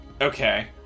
Okay